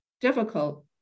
difficult